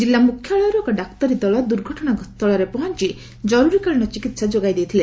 ଜିଲ୍ଲା ମୁଖ୍ୟାଳୟରୁ ଏକ ଡାକ୍ତରୀ ଦଳ ଦୁର୍ଘଟଣା ସ୍ଥଳରେ ପହଞ୍ଚି କରୁରିକାଳୀନ ଚିକିତ୍ସା ଯୋଗାଇ ଦେଇଥିଲେ